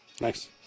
Nice